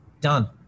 Done